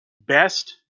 Best